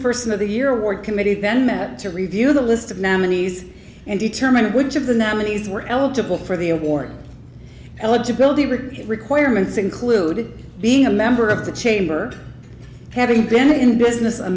person of the year award committee then met to review the list of nominees and determine which of the nominees were eligible for the award eligibility requirements included being a member of the chamber having been in business a